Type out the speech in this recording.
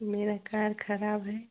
मेरी कार ख़राब है